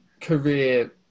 career